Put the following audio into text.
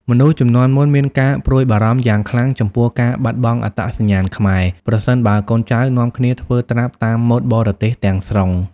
មនុស្សជំនាន់មុនមានការព្រួយបារម្ភយ៉ាងខ្លាំងចំពោះការបាត់បង់អត្តសញ្ញាណខ្មែរ ប្រសិនបើកូនចៅនាំគ្នាធ្វើត្រាប់តាមម៉ូដបរទេសទាំងស្រុង។